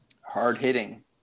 Hard-hitting